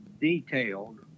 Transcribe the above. detailed